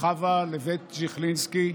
וחוה לבית ג'יכלינסקי,